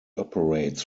operates